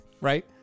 right